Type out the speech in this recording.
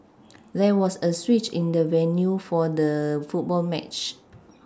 there was a switch in the venue for the football match